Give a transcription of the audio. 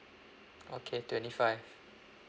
okay twenty five